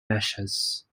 measures